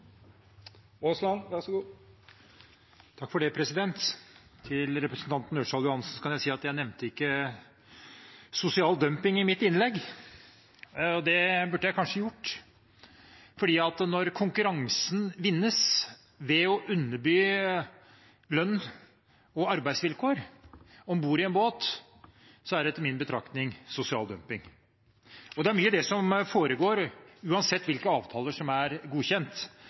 Til representanten Ørsal Johansen kan jeg si at jeg ikke nevnte sosial dumping i mitt innlegg. Det burde jeg kanskje ha gjort, for når konkurransen vinnes ved å underby lønns- og arbeidsvilkår om bord i en båt, er det etter min betraktning sosial dumping. Det foregår det mye av, uansett hvilke avtaler som er godkjent.